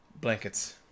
Blankets